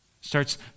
Starts